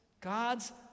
God's